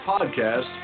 podcast